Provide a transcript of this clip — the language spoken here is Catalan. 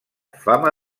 fama